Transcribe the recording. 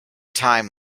time